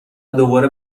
دوباره